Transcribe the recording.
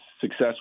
success